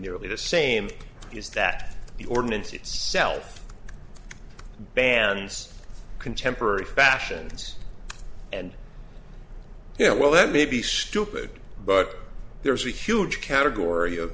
nearly the same is that the ordinance itself bans contemporary fashions and yeah well that may be stupid but there's a huge category of